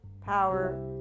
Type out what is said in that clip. power